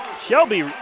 Shelby